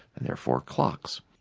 and therefore clocks.